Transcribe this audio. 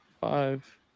five